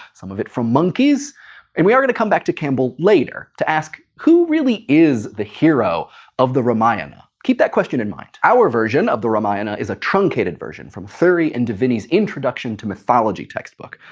some of it from monkeys and we are going to come back to campbell later to ask who really is the hero of the ramayana? keep that question in mind. our version of the ramayana is a truncated version from thury and definies introduction to mythologies textbook.